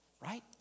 right